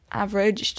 average